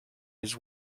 his